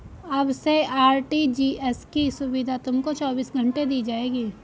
अब से आर.टी.जी.एस की सुविधा तुमको चौबीस घंटे दी जाएगी